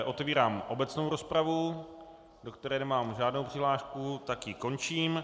Otevírám obecnou rozpravu, do které nemám žádnou přihlášku, tak ji končím.